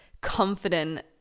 confident